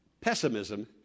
pessimism